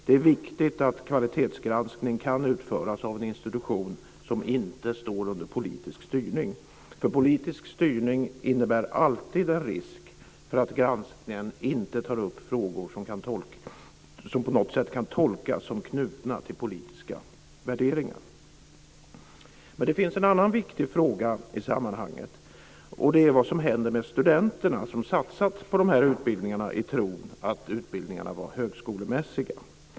Det är viktigt att kvalitetsgranskning kan utföras av en institution som inte står under politisk styrning. Politisk styrning innebär alltid en risk för att granskningen inte tar upp frågor som på något sätt kan tolkas som knutna till politiska värderingar. Men det finns en annan viktig fråga i sammanhanget. Det är vad som händer med de studenter som har satsat på de här utbildningarna i tron att de var högskolemässiga.